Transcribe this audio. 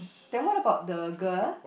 then what about the girl